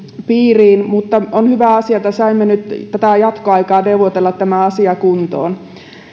piiriin mutta on hyvä asia että saimme nyt jatkoaikaa neuvotella tämä asia kuntoon